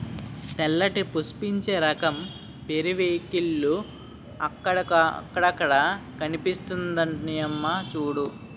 తెల్లటి పుష్పించే రకం పెరివింకిల్లు అక్కడక్కడా కనిపిస్తున్నాయమ్మా చూడూ